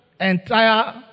entire